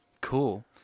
cool